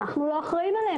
אנחנו לא אחראיים עליהם.